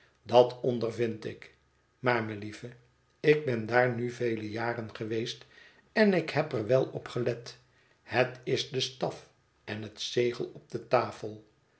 dat ondervind ik maar melieve ik ben daar nu vele jaren geweest en ik heb er wel op gelet het is de staf en het zegel op de tafel